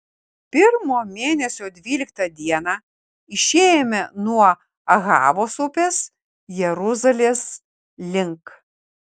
pirmo mėnesio dvyliktą dieną išėjome nuo ahavos upės jeruzalės link